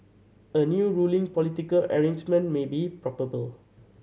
a new ruling political arrangement may be probable